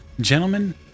Gentlemen